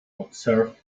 observed